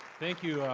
thank you,